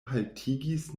haltigis